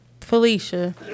Felicia